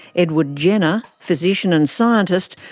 edward jenner, physician and scientist,